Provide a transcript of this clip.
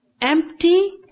empty